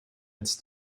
its